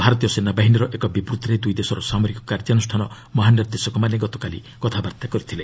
ଭାରତୀୟ ସେନାବାହିନୀର ଏକ ବିବୃତ୍ତିରେ ଦୁଇ ଦେଶର ସାମରିକ କାର୍ଯ୍ୟାନୁଷ୍ଠାନ ମହାନିର୍ଦ୍ଦେଶକମାନେ ଗତକାଲି କଥାବାର୍ତ୍ତା କରିଥିଲେ